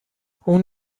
اون